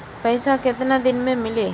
पैसा केतना दिन में मिली?